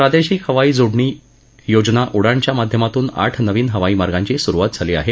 प्रादेशिक हवाई जोडणी योजना उडान च्या माध्यमातून आठ नवीन हवाई मार्गांची सुरुवात झाली आहे